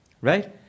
Right